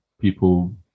people